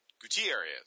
Gutierrez